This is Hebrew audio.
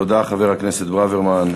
תודה, חבר הכנסת ברוורמן.